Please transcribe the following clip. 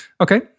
Okay